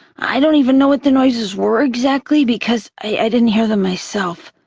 i don't even know what the noises were exactly because i didn't hear them myself,